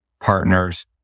partners